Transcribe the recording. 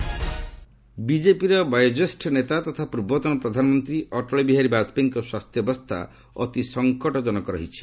AIIMS Vajpayee ବିଜେପିର ବୟୋଜ୍ୟେଷ୍ଠ ନେତା ତଥା ପୂର୍ବତନ ପ୍ରଧାନମନ୍ତ୍ରୀ ଅଟଳ ବିହାରୀ ବାଜପେୟୀଙ୍କ ସ୍ୱାସ୍ଥ୍ୟାବସ୍ଥା ଅତି ସଙ୍କଟଜନକ ରହିଛି